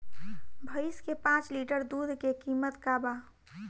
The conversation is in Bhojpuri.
भईस के पांच लीटर दुध के कीमत का बा?